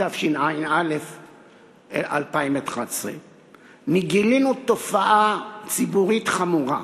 התשע"א 2011. גילינו תופעה ציבורית חמורה.